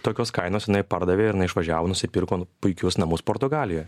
tokios kainos jinai pardavė ir jinai išvažiavo nusipirko puikius namus portugalijoje